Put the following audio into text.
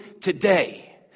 today